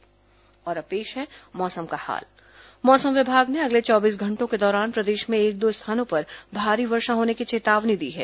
मौसम और अब पेश है मौसम का हाल मौसम विभाग ने अगले चौबीस घंटों के दौरान प्रदेश में एक दो स्थानों पर भारी वर्षा होने की चेतावनी दी है